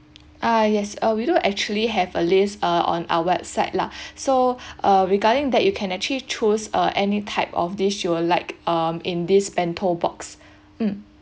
ah yes uh we do actually have a list uh on our website lah so uh regarding that you can actually choose uh any type of dish you will like um in this bento box mm